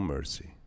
Mercy